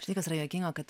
štai kas yra juokinga kad